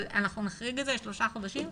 אבל אנחנו נחריג את זה לשלושה חודשים.